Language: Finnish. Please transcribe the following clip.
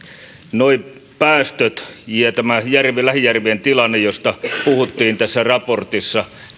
nuo päästöt ja tämä lähijärvien tilanne joista puhuttiin tässä raportissa